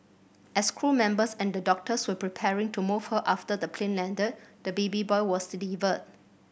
as crew members and the doctors were preparing to move her after the plane landed the baby boy was delivered